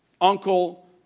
Uncle